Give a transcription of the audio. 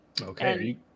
okay